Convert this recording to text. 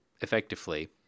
effectively